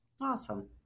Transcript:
Awesome